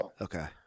Okay